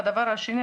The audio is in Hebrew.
הדבר השני,